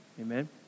Amen